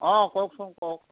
অঁ কওকচোন কওক